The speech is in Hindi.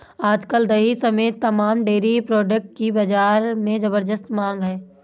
आज कल दही समेत तमाम डेरी प्रोडक्ट की बाजार में ज़बरदस्त मांग है